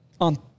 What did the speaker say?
on